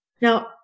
Now